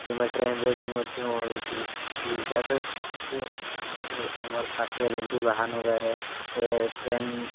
କିମ୍ବା ଟ୍ରେନ୍ରେ ବି ମଧ୍ୟ ହେଉଛି ଆମର ଆମର ପାଖରେ ଯେମିତି ଏ ଟ୍ରେନ୍